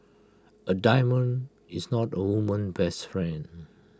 A diamond is not A woman's best friend